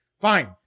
Fine